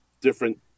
different